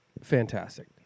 fantastic